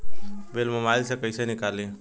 Bill mobile से कईसे निकाली?